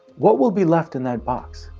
what will be left in that box?